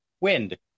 Wind